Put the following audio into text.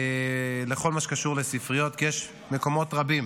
בכל מה שקשור לספריות, כי יש מקומות רבים